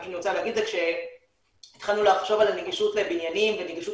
מה שאני רוצה להגיד זה שכשהתחלנו לחשוב על נגישות לבניינים ונגישות